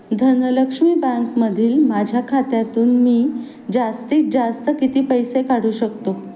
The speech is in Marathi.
धनलक्ष्मी बँकमधील माझ्या खात्यातून मी जास्तीत जास्त किती पैसे काढू शकतो